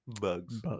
bugs